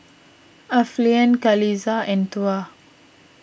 Alfian Qalisha and Tuah